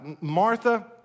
Martha